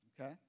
Okay